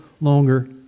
longer